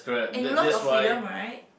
and you love your freedom right